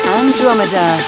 Andromeda